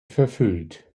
verfüllt